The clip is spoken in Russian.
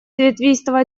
ветвистого